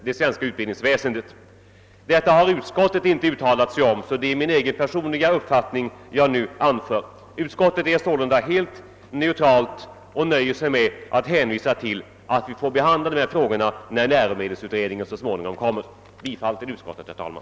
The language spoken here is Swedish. Utskottet har emellertid inte uttalat sig härom; det är min egen uppfattning som jag nu redogör för. Utskottet nöjer sig med att hänvisa till att dessa frågor får behandlas när läromedelsutredningens betänkande så småningom föreligger. Jag ber att få yrka bifall till utskottets hemställan.